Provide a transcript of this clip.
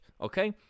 okay